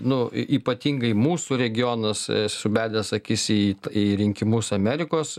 nu ypatingai mūsų regionas subedęs akis į į rinkimus amerikos